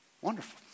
wonderful